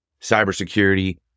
cybersecurity